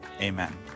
Amen